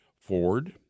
Ford